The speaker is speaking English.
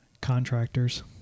contractors